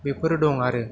बेफोरो दं आरो